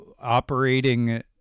operating